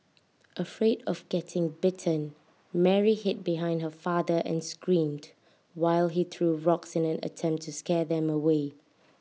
afraid of getting bitten Mary hid behind her father and screamed while he threw rocks in an attempt to scare them away